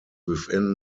within